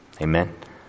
amen